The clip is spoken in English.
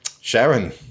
Sharon